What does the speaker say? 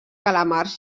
calamars